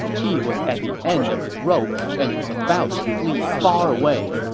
he was at the end of his rope and was about to flee far away.